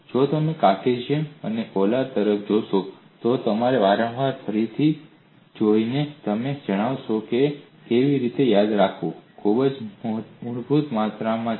જો તમે કાર્ટેશિયન અને પોલર તરફ જોશો તો તેમને વારંવાર અને ફરીથી જોઈને તમે જાણશો કે આ કેવી રીતે યાદ રાખવું કારણ કે તે ખૂબ જ મૂળભૂત માત્રામાં છે